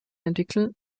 entwickeln